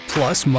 Plus